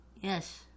Yes